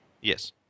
Yes